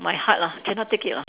my heart lah cannot take it lah